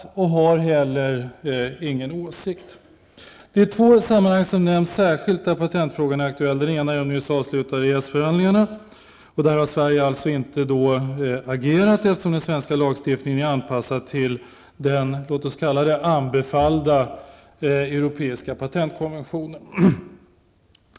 Regeringen har heller inte någon åsikt här. Två sammanhang nämns där patentfrågan är aktuell. Det ena är de nyligen avslutade EES förhandlingarna. Där har Sverige inte agerat, eftersom den svenska lagstiftningen är anpassad till, låt oss använda det uttrycket, den anbefallda europeiska patentkonventionen.